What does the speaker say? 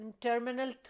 Terminal